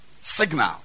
signal